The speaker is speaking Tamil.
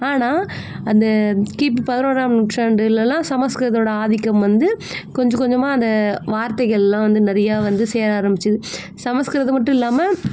ஆனால் அந்த கிபி பதினோறாம் நூற்றாண்டுலெல்லாம் சமஸ்கிருதத்தோடய ஆதிக்கம் வந்து கொஞ்சம் கொஞ்சமாக அந்த வார்தைகளெல்லாம் வந்து நிறையா வந்து சேர ஆரமித்தது சமஸ்கிருதம் மட்டும் இல்லாமல்